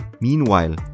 Meanwhile